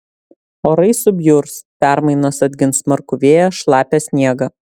orai subjurs permainos atgins smarkų vėją šlapią sniegą